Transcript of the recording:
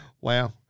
Wow